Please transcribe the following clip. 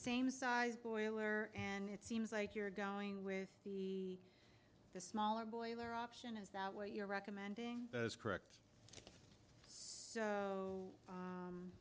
same size boiler and it seems like you're going with the the smaller boiler option is that what you're recommending as correct so